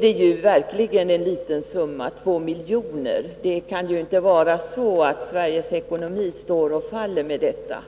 det är verkligen en liten summa det rör sig om —2 milj.kr. Det kan inte vara så att Sveriges ekonomi står och faller med detta.